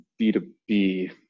B2B